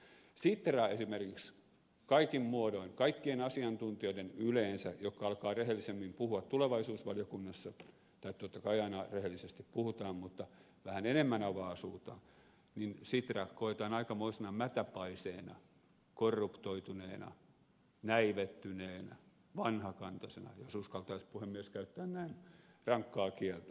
sitra esimerkiksi kaikin muodoin yleensä kaikkien asiantuntijoiden taholta jotka alkavat rehellisemmin puhua tulevaisuusvaliokunnassa tai totta kai aina rehellisesti puhutaan jotka vähän enemmän avaavat suutaan koetaan aikamoisena mätäpaiseena korruptoituneena näivettyneenä vanhakantaisena jos uskaltaisi puhemies käyttää näin rankkaa kieltä